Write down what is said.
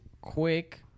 quick